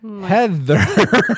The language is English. Heather